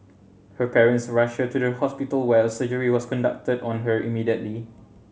her parents rushed her to a hospital where a surgery was conducted on her immediately